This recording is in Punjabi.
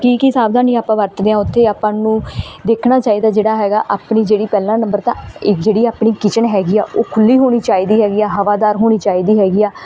ਕੀ ਕੀ ਸਾਵਧਾਨੀ ਆਪਾਂ ਵਰਤਦੇ ਹਾਂ ਉੱਥੇ ਆਪਾਂ ਨੂੰ ਦੇਖਣਾ ਚਾਹੀਦਾ ਜਿਹੜਾ ਹੈਗਾ ਆਪਣੀ ਜਿਹੜੀ ਪਹਿਲਾ ਨੰਬਰ ਤਾਂ ਇਹ ਜਿਹੜੀ ਆਪਣੀ ਕਿਚਨ ਹੈਗੀ ਆ ਉਹ ਖੁੱਲ੍ਹੀ ਹੋਣੀ ਚਾਹੀਦੀ ਹੈਗੀ ਆ ਹਵਾਦਾਰ ਹੋਣੀ ਚਾਹੀਦੀ ਹੈਗੀ ਆ